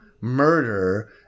murder